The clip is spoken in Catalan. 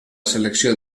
selecció